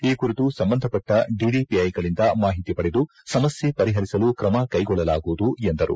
ಈ ಕುರಿತು ಸಂಬಂಧಪಟ್ಟ ಡಿಡಿಪಿಐಗಳಿಂದ ಮಾಹಿತಿ ಪಡೆದು ಸಮಸ್ನೆ ಪರಿಪರಿಸಲು ಕ್ರಮ ಕ್ಸೆಗೊಳ್ಟಲಾಗುವುದು ಎಂದರು